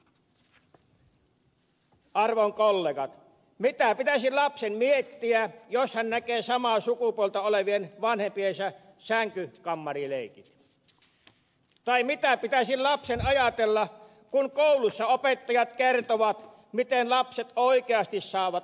arvon kollegat mitä pitäisi lapsen miettiä jos hän näkee samaa sukupuolta olevien vanhempiensa sänkykammarileikit tai mitä pitäisi lapsen ajatella kun koulussa opettajat kertovat miten lapset oikeasti saavat alkunsa